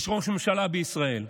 יש ראש ממשלה בישראל.